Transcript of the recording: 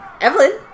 Evelyn